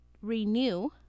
renew